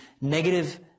negative